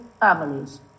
families